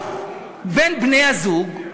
ויכוח בין בני-הזוג,